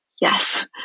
yes